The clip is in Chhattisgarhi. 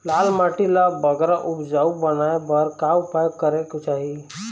लाल माटी ला बगरा उपजाऊ बनाए बर का उपाय करेक चाही?